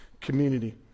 community